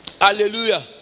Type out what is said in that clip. Hallelujah